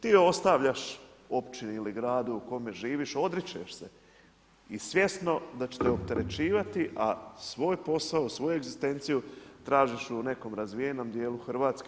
Ti ostavljaš općini ili gradu u kome živiš, odričeš se i svjesno da će te opterećivati, a svoj posao, svoju egzistenciju tražiš u nekom razvijenom dijelu Hrvatske.